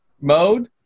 mode